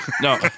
No